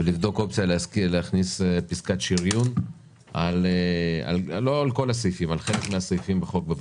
וגם מבקשים לבדוק אופציה להכניס פיסקת שריון על חלק מהסעיפים בחוק.